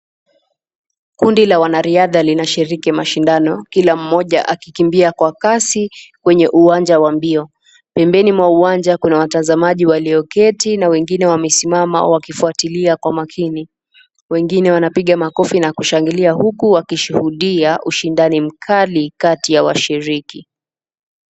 Kundi la wanariadha linashiriki mashindano kila mmoja akikimbia kwa kasi kwenye uwanja wa mbio. Pembeni mwa uwanja kuna watazamaji walioketi na wengine wamesimama wakifuatilia kwa maakini. Wengine wanapiga makofi na kushangilia huku wakishuhudia ushindani mkali kati ya washiriki.